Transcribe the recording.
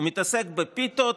הוא מתעסק בפיתות,